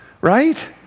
right